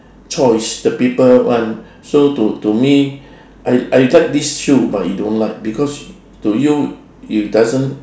choice the people want so to to me I I like this shoe but you don't like because to you it doesn't